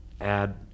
add